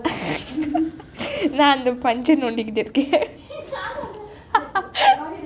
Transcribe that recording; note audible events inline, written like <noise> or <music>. <laughs> நான் அந்த பஞ்சு நோண்டித்திருக்கேன்:naan antha panchu nondithirukken <laughs> <laughs>